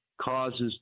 causes